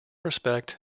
respect